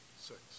Six